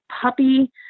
puppy